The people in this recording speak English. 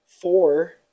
four